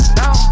now